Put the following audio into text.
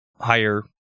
higher